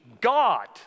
God